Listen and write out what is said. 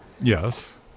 Yes